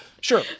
sure